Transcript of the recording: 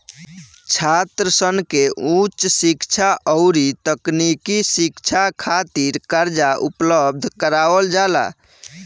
छात्रसन के उच शिक्षा अउरी तकनीकी शिक्षा खातिर कर्जा उपलब्ध करावल जाला